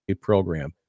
program